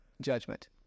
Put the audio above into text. judgment